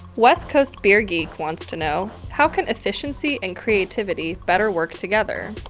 west coast beer geek wants to know, how can efficiency and creativity better work together?